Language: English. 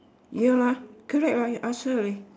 ya lah correct lah I ask her already